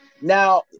Now –